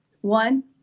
one